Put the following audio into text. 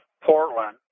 Portland